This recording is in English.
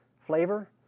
flavor